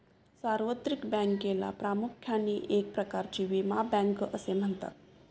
सार्वत्रिक बँकेला प्रामुख्याने एक प्रकारची विमा बँक असे म्हणतात